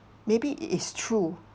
maybe it is true